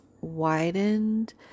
widened